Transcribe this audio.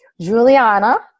Juliana